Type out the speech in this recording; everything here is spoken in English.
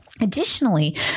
Additionally